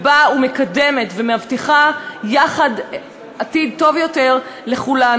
שבאה ומקדמת ומבטיחה יחד עתיד טוב יותר לכולנו,